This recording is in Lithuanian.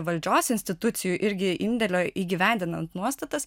valdžios institucijų irgi indėlio įgyvendinant nuostatas